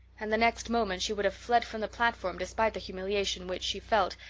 and the next moment she would have fled from the platform despite the humiliation which, she felt,